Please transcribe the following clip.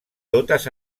totes